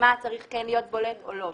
ומה צריך להיות בולט או לא,